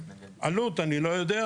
את העלות אני לא יודע,